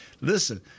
listen